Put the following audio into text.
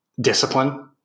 discipline